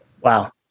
Wow